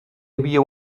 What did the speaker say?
havia